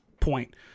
point